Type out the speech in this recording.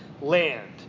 land